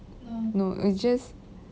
no it's just